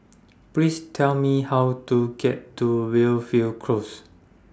Please Tell Me How to get to Well fell Close